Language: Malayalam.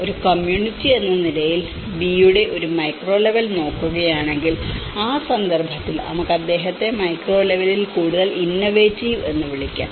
ഒരു കമ്മ്യൂണിറ്റി എന്ന നിലയിൽ ആ ബി യുടെ ഒരു മൈക്രോ ലെവൽ നോക്കുകയാണെങ്കിൽ ആ സന്ദർഭത്തിൽ നമുക്ക് അദ്ദേഹത്തെ മൈക്രോ ലെവലിൽ കൂടുതൽ ഇന്നൊവേറ്റീവ് എന്ന് വിളിക്കാം